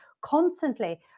constantly